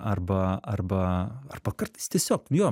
arba arba arba kartais tiesiog jo